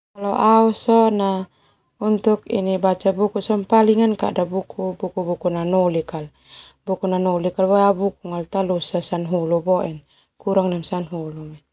Baca buku sona palingan kada buku palingan buku nanolik buku boe au buku na talosa sanahulu.